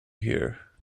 here